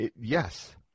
yes